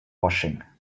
washing